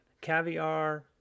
caviar